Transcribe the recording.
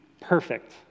perfect